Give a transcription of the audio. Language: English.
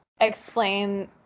explain